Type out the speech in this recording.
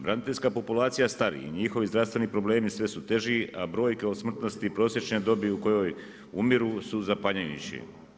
Braniteljska populacija stari, i njihovi zdravstveni problemi sve su teži, a brojke o smrtnosti, o prosječnoj dobi u kojoj umiru su zapanjujući.